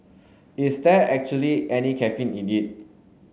is there actually any caffeine in it